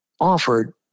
offered